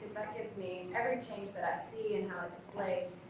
gives me every change that i see, and how it explains,